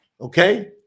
Okay